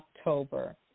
October